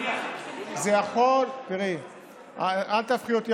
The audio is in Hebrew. אל תהפכי אותי